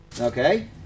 Okay